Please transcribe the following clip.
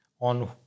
on